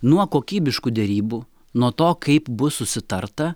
nuo kokybiškų derybų nuo to kaip bus susitarta